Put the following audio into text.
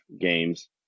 games